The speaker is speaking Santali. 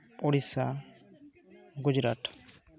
ᱩᱲᱤᱥᱥᱟ ᱜᱩᱡᱽᱨᱟᱴ